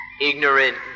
ignorant